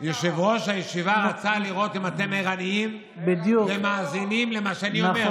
יושב-ראש הישיבה רצה לראות אם אתם ערניים ומאזינים למה שאני אומר.